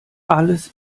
alles